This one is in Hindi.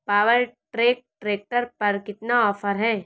पावर ट्रैक ट्रैक्टर पर कितना ऑफर है?